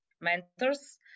mentors